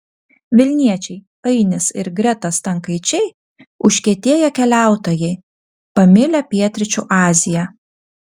vilniečiai ainis ir greta stankaičiai užkietėję keliautojai pamilę pietryčių aziją